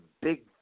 big